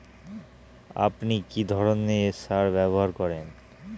আপনি কী ধরনের সার ব্যবহার করেন?